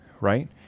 right